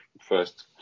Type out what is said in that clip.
first